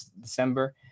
December